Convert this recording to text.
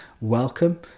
welcome